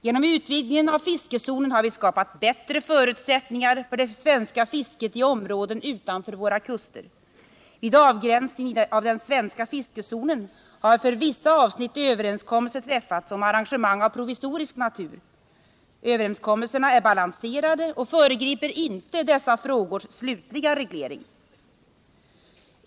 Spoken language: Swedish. Genom utvidgningen av fiskezonen har vi skapat bättre förutsättningar för det svenska fisket i områden utanför våra kuster. Vid avgränsningen av den svenska fiskezonen har för vissa avsnitt överenskommelser träffats om arrangemang av provisorisk natur. Överenskommelserna är balanserade och föregriper inte dessa frågors slutliga reglering.